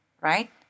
right